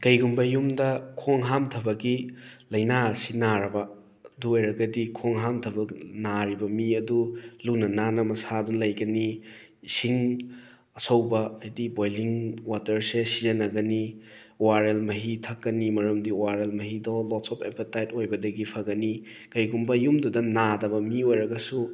ꯀꯩꯒꯨꯝꯕ ꯌꯨꯝꯗ ꯈꯣꯡ ꯍꯥꯝꯊꯕꯒꯤ ꯂꯥꯏꯅꯥ ꯑꯁꯤ ꯅꯥꯔꯕ ꯑꯗꯨ ꯑꯣꯏꯔꯒꯗꯤ ꯈꯣꯡ ꯍꯥꯝꯊꯕ ꯅꯥꯔꯤꯕ ꯃꯤ ꯑꯗꯨ ꯂꯨꯅ ꯅꯥꯟꯅ ꯃꯁꯥ ꯑꯗꯨ ꯂꯩꯒꯅꯤ ꯏꯁꯤꯡ ꯑꯁꯧꯕ ꯍꯥꯏꯗꯤ ꯕꯣꯏꯂꯤꯡ ꯋꯥꯇꯔꯁꯦ ꯁꯤꯖꯤꯟꯅꯒꯅꯤ ꯑꯣ ꯑꯥꯔ ꯑꯦꯜ ꯃꯍꯤ ꯊꯛꯀꯅꯤ ꯃꯔꯝꯗꯤ ꯑꯣ ꯑꯥꯔ ꯑꯦꯜ ꯃꯍꯤꯗꯣ ꯂꯣꯁ ꯑꯣꯐ ꯑꯦꯄꯇꯥꯏꯠ ꯑꯣꯏꯕꯗꯒꯤ ꯐꯒꯅꯤ ꯀꯩꯒꯨꯝꯕ ꯌꯨꯝꯗꯨꯗ ꯅꯥꯗꯕ ꯃꯤ ꯑꯣꯏꯔꯒꯁꯨ